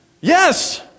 Yes